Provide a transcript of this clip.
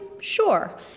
Sure